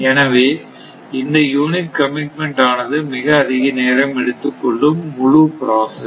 எனவே இந்த unit commitment ஆனது மிக மிக அதிக நேரம் எடுத்துக் கொள்ளும் முழு ப்ராசஸ்